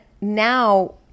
now